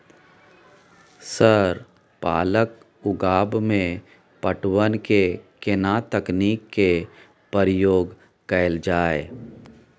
Sir पालक उगाव में पटवन के केना तकनीक के उपयोग कैल जाए?